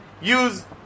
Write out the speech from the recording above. use